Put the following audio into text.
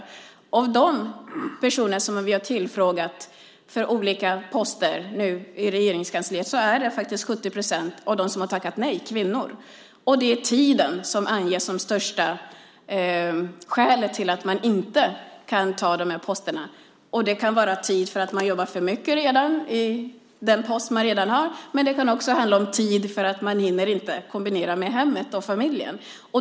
Bland de personer som vi nu har tillfrågat för olika poster i Regeringskansliet är faktiskt 70 procent av dem som har tackat nej kvinnor. Det är tiden som anges som största skälet till att man inte kan ta de här posterna. Det kan vara för att man jobbar för mycket med den post man redan har, men det kan också handla om att man inte hinner kombinera arbetet med hemmet och familjen.